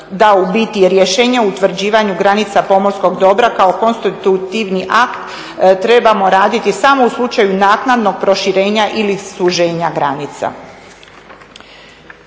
da u biti rješenje o utvrđivanju granica pomorskog dobra kao konstitutivni akt trebamo raditi samo u slučaju naknadnog proširenja ili suženja granica.